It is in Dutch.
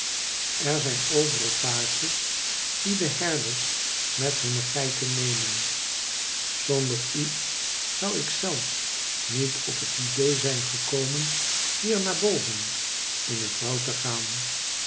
er zijn overal paadjes die de herders met hun geiten nemen zonder u zou ik zelfs niet op het idee zijn gekomen hier naar bovcn in het woud te gaan